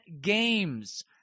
games